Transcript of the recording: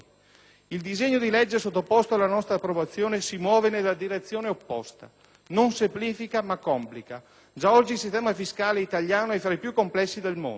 Il disegno di legge sottoposto alla nostra approvazione si muove nella direzione opposta. Non semplifica, ma complica. Già oggi, il sistema fiscale italiano è fra i più complessi del mondo